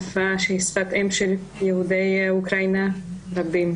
שפה שהיא שפת האם של יהודי אוקראינה רבים.